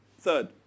Third